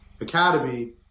academy